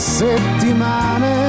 settimane